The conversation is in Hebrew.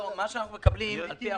מה זה